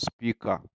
speaker